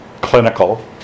clinical